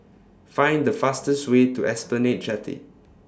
Find The fastest Way to Esplanade Jetty